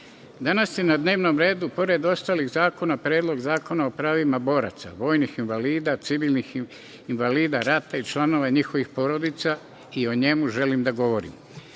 danas se na dnevnom redu, pored ostalih zakona, Predlog zakona o pravima boraca, vojnih invalida, civilnih invalida, rata i članova njihovih porodica i o njemu želim da govorim. Smatram